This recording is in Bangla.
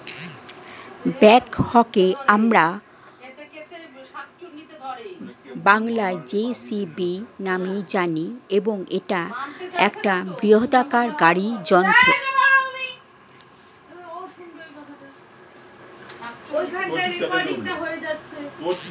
ব্যাকহোকে আমরা বংলায় জে.সি.বি নামেই জানি এবং এটা একটা বৃহদাকার গাড়ি যন্ত্র